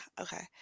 okay